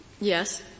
Yes